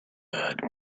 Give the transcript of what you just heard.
had